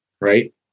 Right